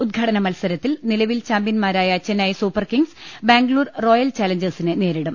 ഉദ്ഘാടന മത്സരത്തിൽ നിലവിൽ ചാമ്പ്യൻമാരായ ചെന്നൈ സൂപ്പർകിംഗ്സ് ബാംഗ്ലൂർ റോയൽ ചാലഞ്ചേഴ്സിനെ നേരിടും